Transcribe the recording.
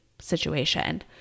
situation